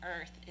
earth